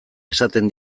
esaten